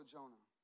Jonah